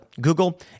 Google